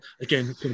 again